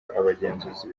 abagenzuzi